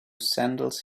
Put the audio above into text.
sandals